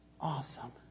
awesome